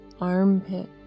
armpit